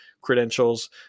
credentials